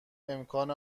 امکان